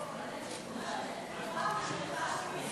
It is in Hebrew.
48 מתנגדים,